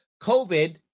COVID